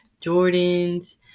Jordans